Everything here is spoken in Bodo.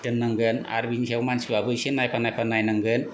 दोननांगोन आरो बिनि सायाव मानसिफोराबो इसे नायफा नायफा नायनांगोन